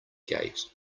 gate